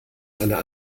einer